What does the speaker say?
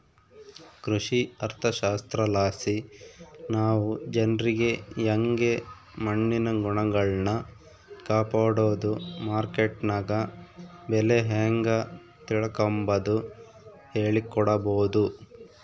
ಕೃಷಿ ಅರ್ಥಶಾಸ್ತ್ರಲಾಸಿ ನಾವು ಜನ್ರಿಗೆ ಯಂಗೆ ಮಣ್ಣಿನ ಗುಣಗಳ್ನ ಕಾಪಡೋದು, ಮಾರ್ಕೆಟ್ನಗ ಬೆಲೆ ಹೇಂಗ ತಿಳಿಕಂಬದು ಹೇಳಿಕೊಡಬೊದು